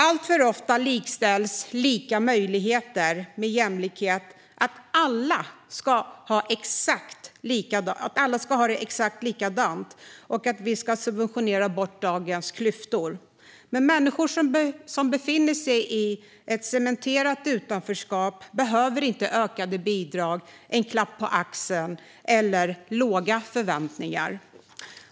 Allt för ofta likställs lika möjligheter med jämlikhet - att alla ska ha det exakt likadant och att vi ska subventionera bort dagens klyftor. Men människor som befinner sig i ett cementerat utanförskap behöver inte ökade bidrag, en klapp på axeln eller låga förväntningar.